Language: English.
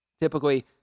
typically